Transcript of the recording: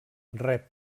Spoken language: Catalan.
rep